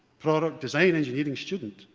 product design engineering student,